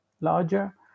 larger